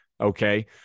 Okay